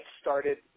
started